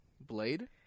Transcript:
Blade